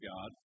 God